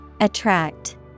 Attract